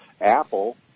Apple